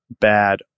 bad